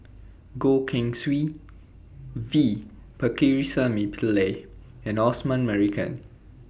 Goh Keng Swee V Pakirisamy Pillai and Osman Merican